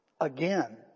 again